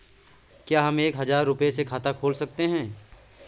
क्या हम एक हजार रुपये से खाता खोल सकते हैं?